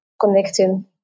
connecting